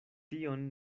tion